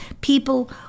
people